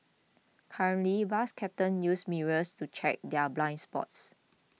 currently bus captains use mirrors to check their blind spots